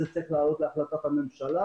זה צריך לעלות להחלטת הממשלה,